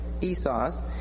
Esau's